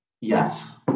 Yes